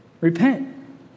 Repent